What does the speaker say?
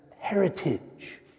heritage